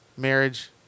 Marriage